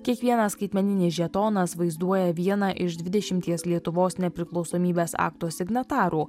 kiekvienas skaitmeninė žetonas vaizduoja vieną iš dvidešimties lietuvos nepriklausomybės akto signatarų